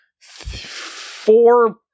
Four